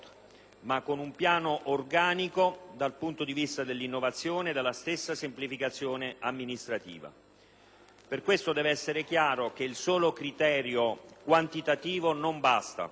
ma con un piano organico dal punto di vista dell'innovazione e della stessa semplificazione amministrativa. Per questo deve essere chiaro che il solo criterio quantitativo non basta.